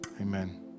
Amen